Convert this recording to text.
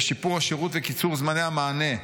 בשיפור השירות ובקיצור זמני המענה,